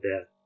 death